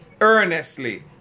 Earnestly